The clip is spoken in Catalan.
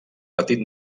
petit